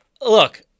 look